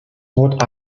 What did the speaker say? what